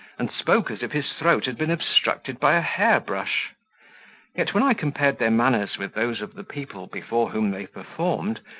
and spoke as if his throat had been obstructed by a hair-brush yet, when i compared their manners with those of the people before whom they performed,